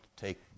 take